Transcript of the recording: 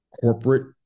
corporate